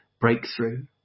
breakthrough